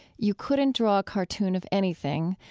you couldn't draw a cartoon of anything.